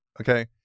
okay